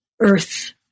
earth